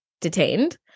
detained